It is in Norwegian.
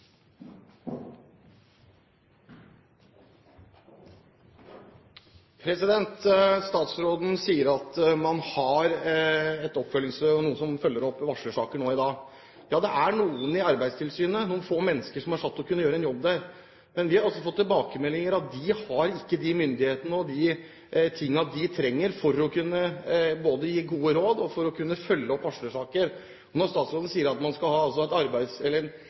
Statsråden sier at man har et oppfølgingssted og noen som følger opp varslersaker nå i dag. Ja, det er noen i Arbeidstilsynet, noen få mennesker, som er satt til å kunne gjøre en jobb der. Men vi har fått tilbakemeldinger om at de har ikke den myndigheten og det de trenger for både å kunne gi gode råd og følge opp varslersaker. Når statsråden sier at man skal ha